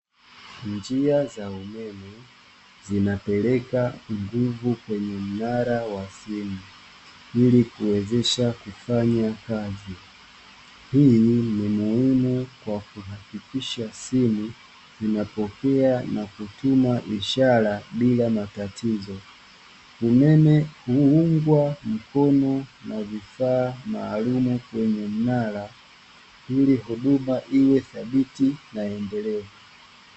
Njia za umeme zinapeleka nguvu kwenye mnara wa simu ili kuwezesha kufanya kazi. Hii ni muhimu kwa kuhakikisha simu zinapokea na kutuma ishara bila matatizo. Umeme huungwa mkono na vifaa maalumu kwenye mnara ili huduma iwe thabiti na endelevu.